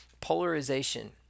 Polarization